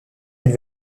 elle